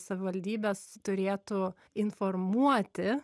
savivaldybės turėtų informuoti